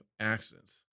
accidents